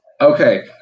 Okay